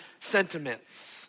sentiments